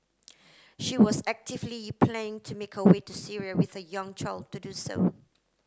she was actively playing to make her way to Syria with her young child to do so